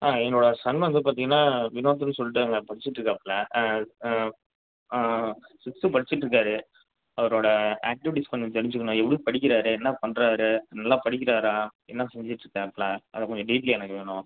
ஆ என்னோடய சன்னு வந்து பார்த்திங்கனா வினோத்துன்னு சொல்லிட்டு அங்கே படிச்சுட்டு இருக்காப்புல்ல ஆ ஆ ஃபிஃப்த்து படிச்சிட்டுருக்காரு அவரோட ஆக்டிவிட்டிஸ் கொஞ்சம் தெரிஞ்சுக்கணும் எப்படி படிக்கிறார் என்ன பண்றார் நல்லா படிக்கிறாரா என்ன செஞ்சிட்டுருக்காப்புல்ல அதான் கொஞ்சம் டீட்டெயில் எனக்கு வேணும்